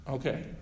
Okay